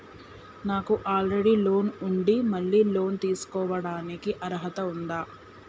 నాకు already loan ఉండి మళ్ళీ లోన్ తీసుకోవడానికి అర్హత ఉందా?